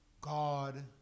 God